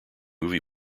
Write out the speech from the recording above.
movie